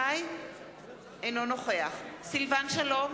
אינו נוכח סילבן שלום,